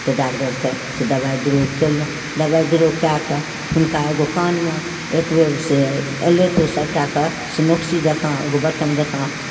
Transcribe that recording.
तऽ डागदरके से दवाइ बीरो कयलहुँ दवाइ बीरो कए कऽ हुनका एगो कानमे एकबेर से अयलथि ओ सभटाके से नकुसी जँका एगो बटम जँका